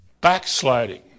backsliding